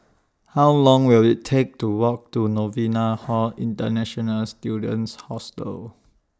How Long Will IT Take to Walk to Novena Hall International Students Hostel